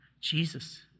Jesus